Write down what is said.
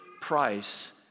price